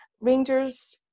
rangers